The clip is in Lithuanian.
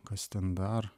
kas ten dar